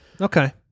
Okay